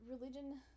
religion